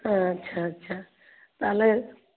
হ্যাঁ আচ্ছা আচ্ছা তাহলে